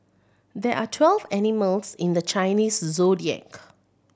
there are twelve animals in the Chinese Zodiac